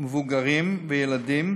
מבוגרים וילדים